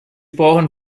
brauchen